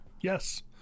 yes